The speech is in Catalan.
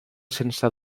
sense